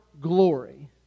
glory